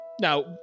now